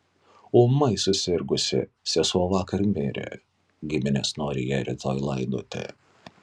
ūmai susirgusi sesuo vakar mirė giminės nori ją rytoj laidoti